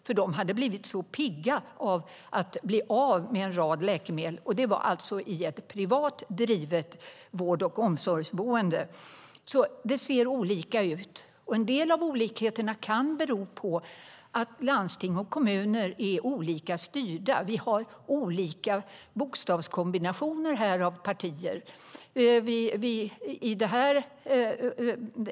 Så pigga hade de blivit när de blev av med en rad läkemedel. Det var alltså ett privat drivet vård och omsorgsboende. Det ser således olika ut, och en del av olikheterna kan bero på att landsting och kommuner är olika styrda. Vi har bokstavskombinationer av partier.